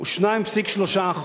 הוא 2.3%,